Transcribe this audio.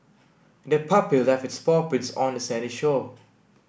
the puppy left its paw prints on the sandy shore